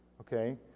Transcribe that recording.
okay